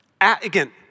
again